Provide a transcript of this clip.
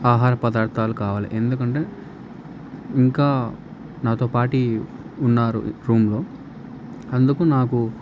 ఆహార పదార్థాలు కావాలి ఎందుకంటే ఇంకా నాతో పాటు ఉన్నారు రూమ్లో అందుకు నాకు